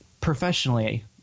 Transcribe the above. professionally